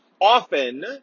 Often